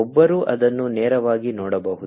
ಒಬ್ಬರು ಅದನ್ನು ನೇರವಾಗಿ ನೋಡಬಹುದು